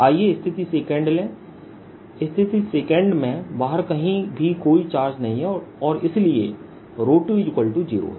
आइए स्थिति 2 लें स्थिति 2 में बाहर कहीं भी कोई चार्ज नहीं है और इसलिए 20 है